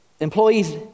Employee's